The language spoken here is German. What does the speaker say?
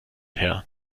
her